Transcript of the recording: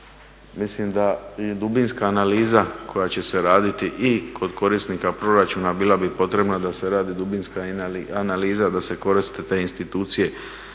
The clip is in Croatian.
Mislim daje dubinska analiza koja će se raditi i kod korisnika proračuna bila bi potrebna da se radi dubinska analiza da se koriste te institucije